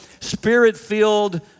spirit-filled